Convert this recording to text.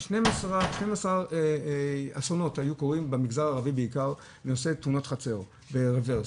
12 אסונות היו קורים במגזר הערבי בעיקר בנושא תאונות חצר ברוורס,